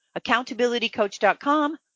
accountabilitycoach.com